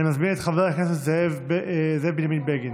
אני מזמין את חבר הכנסת זאב בנימין בגין.